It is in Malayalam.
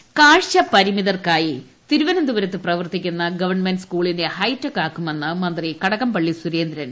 ബ്രെയിൽ ദിനം കാഴ്ചപരിമിതർക്കായി തിരുവനന്തപുരത്ത് പ്രവർത്തിക്കുന്ന ഗവൺമെന്റ് സ്കൂളിനെ ഹൈടെക് ആക്കുമെന്നു മന്ത്രി കടകംപള്ളി സുരേന്ദ്രൻ